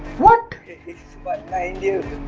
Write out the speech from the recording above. what if but